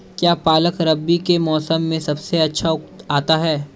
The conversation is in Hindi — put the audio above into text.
क्या पालक रबी के मौसम में सबसे अच्छा आता है?